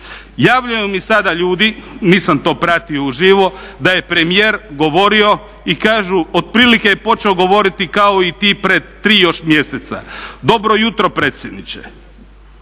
Javljaju mi sada ljudi, nisam to pratio uživo, da je premijer govorio i kažu otprilike je počeo govoriti kao i ti pred tri još mjeseca, dobro jutro predsjedniče